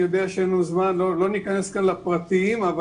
אני יודע שאין לנו זמן ולכן לא ניכנס כאן לפרטים אבל